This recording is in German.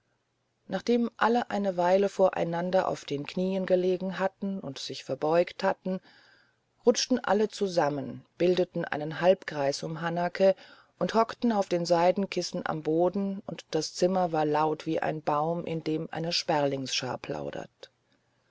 nachdem alle eine weile voreinander auf den knien gelegen hatten und sich verbeugt hatten rutschten alle zusammen bildeten einen halbkreis um hanake und hockten auf den seidenkissen am boden und das zimmer war laut wie ein baum in dem eine sperlingschar plaudert